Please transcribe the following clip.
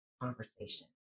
conversation